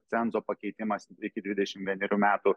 cenzo pakeitimas iki dvidešimt vienerių metų